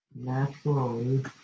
naturally